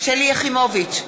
שלי יחימוביץ,